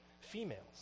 females